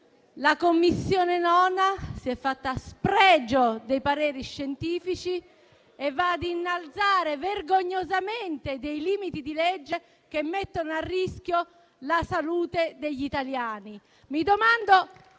9a Commissione si sia fatta spregio dei pareri scientifici e vada ad innalzare vergognosamente dei limiti di legge che mettono a rischio la salute degli italiani.